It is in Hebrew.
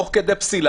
תוך כדי פסילה,